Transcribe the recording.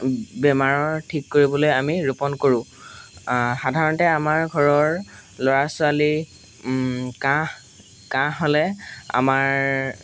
বেমাৰৰ ঠিক কৰিবলৈ আমি ৰোপণ কৰোঁ সাধাৰণতে আমাৰ ঘৰৰ ল'ৰা ছোৱালী কাঁহ কাঁহ হ'লে আমাৰ